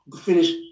finish